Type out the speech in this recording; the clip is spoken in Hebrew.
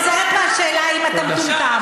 אני חוזרת מהשאלה אם אתה מטומטם.